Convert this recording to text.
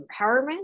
empowerment